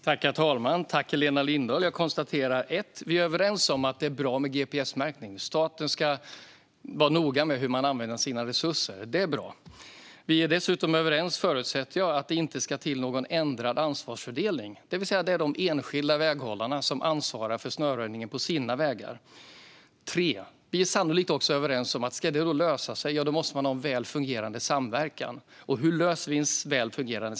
Herr talman! Jag konstaterar för det första, Helena Lindahl, att vi är överens om att det är bra med gps-märkning. Staten ska vara noga med hur man använder sina resurser, så det är bra. För det andra förutsätter jag att vi är överens om att det inte ska till någon ändrad ansvarsfördelning. Det är alltså de enskilda väghållarna som ansvarar för snöröjningen på sina vägar. För det tredje är vi sannolikt också överens om att om detta ska lösa sig måste man ha en väl fungerande samverkan. Och hur ordnar vi en sådan?